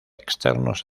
externos